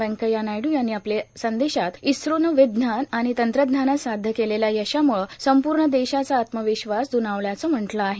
व्यंकय्या नायडू यांनी आपल्या संदेशात इस्रोनं विज्ञान आणि तंत्रज्ञानात साध्य केलेल्या यशामुळे संपूर्ण देशाचा आत्मविश्वास दुणावल्याचं म्हटलं आहे